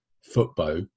football